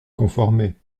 conformer